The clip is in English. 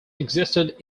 existed